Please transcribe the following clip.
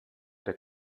der